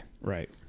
Right